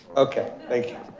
okay thank you.